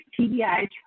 TBI